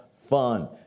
fun